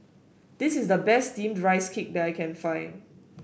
this is the best steamed Rice Cake that I can find